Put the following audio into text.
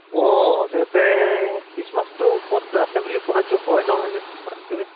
অঁ তাকে খ্ৰীষ্টমাছটো ক'ত আছে বুলি কোৱা শুনিছোঁ হয় নহয় যে পাতিছে যে